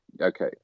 okay